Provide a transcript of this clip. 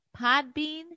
Podbean